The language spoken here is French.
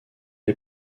est